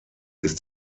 ist